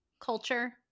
culture